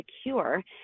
secure